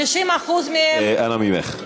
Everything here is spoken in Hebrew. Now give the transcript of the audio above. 50% מהם, אנא ממך.